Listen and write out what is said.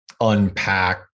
unpack